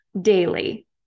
daily